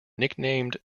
nicknamed